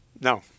No